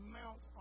mount